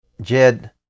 Jed